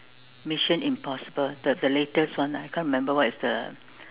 Mission Impossible the the latest one I can't remember what is the